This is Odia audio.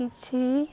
କିଛି